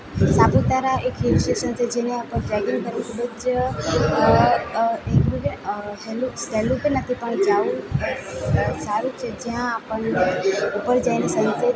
સાપુતારા એક hill station છે જેના ઉપર ટ્રેકિંગ કરી ખૂબ જ અ સહેલું સહેલું બી નથી પણ જાવું સારું છે જ્યાં આપણને ઉપર જઈને સન સેટ